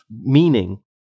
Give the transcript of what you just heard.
meaning